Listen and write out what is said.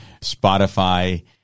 Spotify